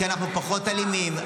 כי אנחנו פחות אלימים.